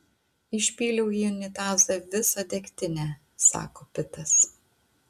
išpyliau į unitazą visą degtinę sako pitas